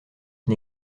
qui